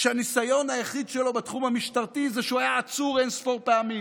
שהניסיון היחיד שלו בתחום המשטרתי זה שהוא היה עצור אין-ספור פעמים?